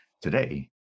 Today